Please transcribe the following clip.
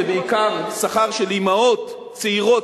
זה בעיקר שכר של אמהות צעירות,